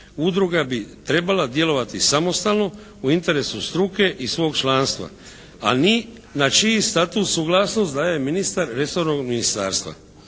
udruga bi trebala djelovati samostalno u interesu struke i svog članstva a na čiji status suglasnost daje ministar resornog ministarstva.